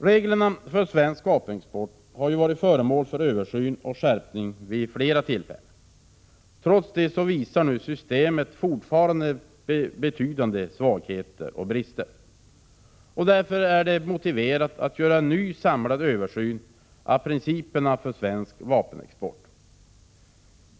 Reglerna för svensk vapenexport har varit föremål för översyn och skärpning vid flera tillfällen. Trots detta uppvisar systemet fortfarande betydande svagheter och brister. Det är därför motiverat att göra en ny, samlad översyn av principerna för svensk vapenexport.